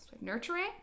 nurturing